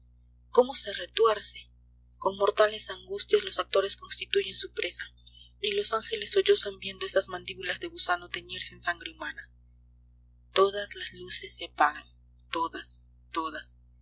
cómo se retuerce con mortales angustias los actores constituyen su presa y los ángeles sollozan viendo esas mandibulas de gusano teñirse en sangre humana todas las luces se apagan todas todas